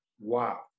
Wow